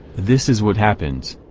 this is what happens.